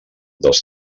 dels